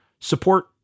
support